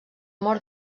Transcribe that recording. mort